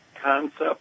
concept